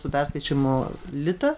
su perskaičiavimu litą